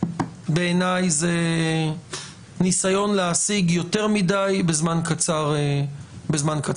בעיניי זה ניסיון להשיג יותר מדי בזמן קצר מדי.